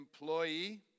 employee